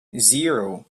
zero